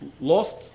lost